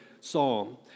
psalm